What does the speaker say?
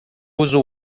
uso